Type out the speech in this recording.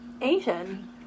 Asian